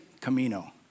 Camino